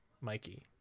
Mikey